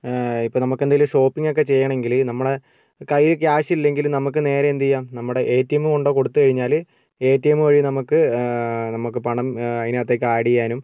ഇപ്പോൾ നമുക്ക് എന്തെങ്കിലും ഷോപ്പിംഗ് ഓക്കെ ചെയ്യണമെങ്കിൽ നമ്മളെ കയ്യിൽ ക്യാഷ് ഇല്ലെങ്കിലും നമുക്ക് നേരെ എന്ത്ചെയ്യാം നമ്മുടെ എ ടി എം കൊണ്ടു കൊടുത്തുകഴിഞ്ഞാൽ എ ടി എം വഴി നമുക്ക് നമുക്ക് പണം അതിനകത്തേക്ക് ആഡ് ചെയ്യാനും